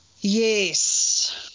Yes